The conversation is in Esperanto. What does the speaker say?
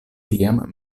tiam